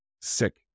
sick